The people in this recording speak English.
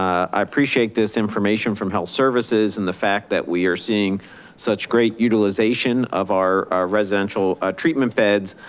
i appreciate this information from health services and the fact that we are seeing such great utilization of our residential treatment beds.